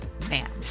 Man